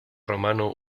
romano